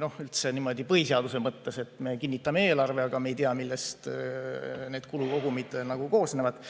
üldse niimoodi põhiseaduse mõttes [on võimalik], et me kinnitame eelarve, aga me ei tea, millest need kulukogumid koosnevad?